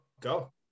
Go